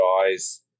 guys